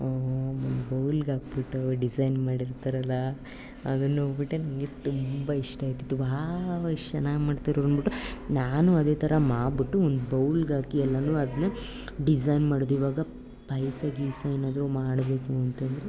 ಬೌಲ್ಗೆ ಹಾಕ್ಬಿಟ್ಟು ಡಿಸೈನ್ ಮಾಡಿರ್ತರಲ್ಲ ಅದನ್ನ ನೋಡಿಬಿಟ್ಟೆ ನನಗೆ ತುಂಬ ಇಷ್ಟ ಆಗ್ತಿತ್ತು ವಾವ್ ಎಷ್ಟು ಚೆನ್ನಾಗಿ ಮಾಡ್ತಾರೆ ಇವ್ರು ಅಂದ್ಬಿಟ್ಟು ನಾನು ಅದೇ ಥರ ಮಾಡ್ಬಿಟ್ಟು ಒಂದು ಬೌಲ್ಗೆ ಹಾಕಿ ಎಲ್ಲನೂ ಅದನ್ನ ಡಿಸೈನ್ ಮಾಡೋದು ಇವಾಗ ಪಾಯ್ಸ ಗೀಸ ಏನಾದರೂ ಮಾಡಬೇಕು ಅಂತ ಅಂದ್ರೆ